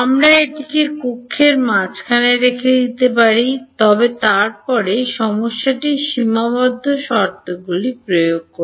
আমরা এটিকে কক্ষের মাঝখানে রেখে দিতে পারি তবে তারপরে সমস্যাটি সীমাবদ্ধ শর্তগুলি প্রয়োগ করে